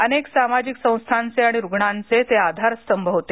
अनेक सामाजिक संथांचे आणि रुग्णांचे ते आधारस्तंभ होते